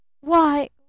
Why